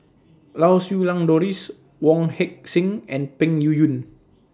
Lau Siew Lang Doris Wong Heck Sing and Peng Yuyun